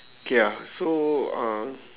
okay ah so uh